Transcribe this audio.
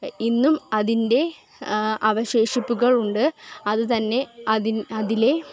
ഇന്നും അതിൻ്റെ അവശേഷിപ്പുകളുണ്ട് അത് തന്നെ അതി അതിലെ